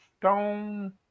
stone